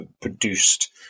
produced